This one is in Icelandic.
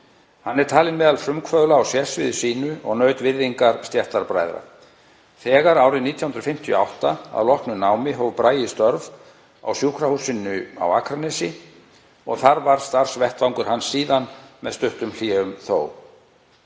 Hann er talinn meðal frumkvöðla á sérsviði sínu og naut virðingar stéttarbræðra. Þegar árið 1958, að loknu námi, hóf Bragi störf á Sjúkrahúsi Akraness og þar var starfsvettvangur hans síðan, með stuttum hléum þó.